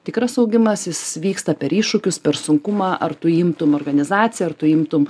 tikras augimas jis vyksta per iššūkius per sunkumą ar tu imtum organizaciją ar tu imtum